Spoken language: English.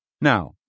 Now